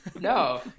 no